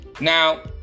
now